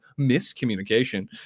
miscommunication